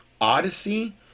odyssey